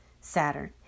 Saturn